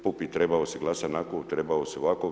Pupi trebao si glasat nako, trebao si ovako.